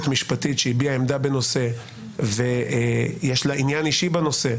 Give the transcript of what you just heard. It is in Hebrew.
משפטית שהביעה עמדה בנושא ויש לה עניין אישי בנושא,